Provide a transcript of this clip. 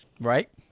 Right